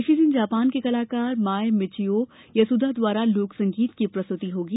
इसी दिन जापान के कलाकार माय मीचिओ यसुदा द्वारा लोकसंगीत की प्रस्तुति होगी